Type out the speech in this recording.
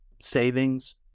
savings